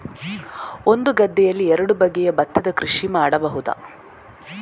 ಒಂದು ಗದ್ದೆಯಲ್ಲಿ ಎರಡು ಬಗೆಯ ಭತ್ತದ ಕೃಷಿ ಮಾಡಬಹುದಾ?